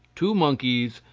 two monkeys,